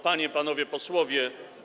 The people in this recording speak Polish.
Panie i Panowie Posłowie!